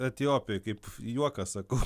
etiopijoj kaip juokas sakau